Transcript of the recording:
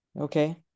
okay